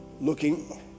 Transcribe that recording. looking